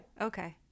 Okay